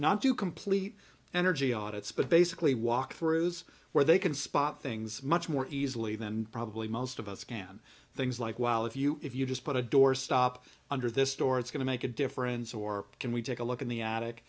not to complete energy audits but basically walk through is where they can spot things much more easily than probably most of us can things like well if you if you just put a doorstop under this door it's going to make a difference or can we take a look in the attic